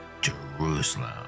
Jerusalem